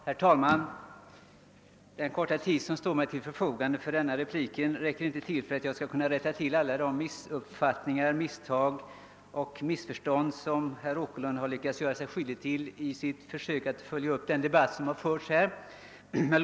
Herr talman! Den korta repliktiden räcker inte för att jag här skall kunna tillrättalägga alla de missuppfattningar och misstag som herr Åkerlind gjorde sig skyldig till under sitt försök att följa upp den förda debatten.